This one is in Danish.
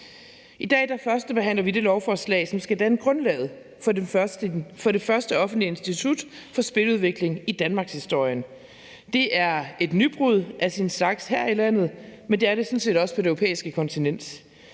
I dag førstebehandler vi det lovforslag, som skal danne grundlaget for det første offentlige institut for spiludvikling i Danmarkshistorien. Det er et nybrud af sin slags her i landet, men det er det sådan set også på det europæiske kontinent.